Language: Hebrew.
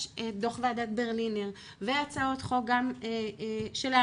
יש דו"ח ועדת ברלינר והצעות חוק גם שלנו